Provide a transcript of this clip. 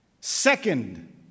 Second